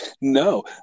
No